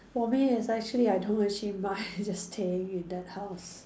for me it's actually I don't achieve much just staying in that house